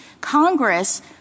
Congress—